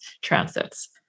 transits